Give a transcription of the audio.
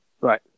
Right